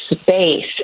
space